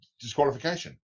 disqualification